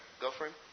girlfriend